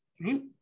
right